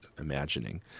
imagining